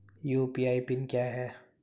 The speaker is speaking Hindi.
यू.पी.आई पिन क्या है?